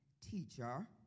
teacher